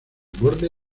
borde